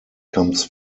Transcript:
comes